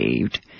saved